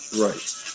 Right